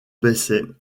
baissait